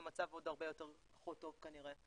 המצב עוד פחות טוב כנראה.